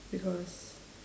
because